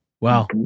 Wow